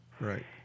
Right